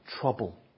trouble